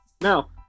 now